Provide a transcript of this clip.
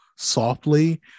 softly